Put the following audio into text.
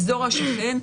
האזור השכן.